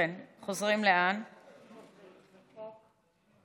יש לנו